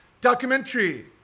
Documentary